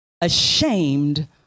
ashamed